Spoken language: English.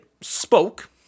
spoke